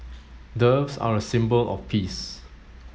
doves are a symbol of peace